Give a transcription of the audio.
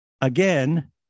again